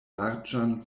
larĝan